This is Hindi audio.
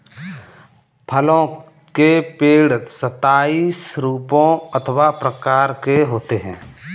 फलों के पेड़ सताइस रूपों अथवा प्रकार के होते हैं